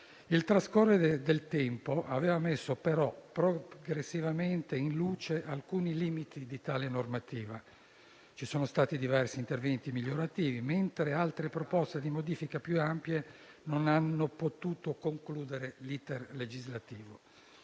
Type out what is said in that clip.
Il trascorrere del tempo aveva messo, però, progressivamente in luce alcuni limiti di tale normativa: ci sono stati diversi interventi migliorativi, mentre altre proposte di modifica più ampie non hanno potuto concludere l'*iter* legislativo.